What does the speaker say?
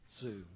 zoo